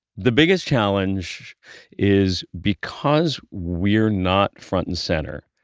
the biggest challenge is because we're not front-and-center,